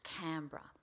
Canberra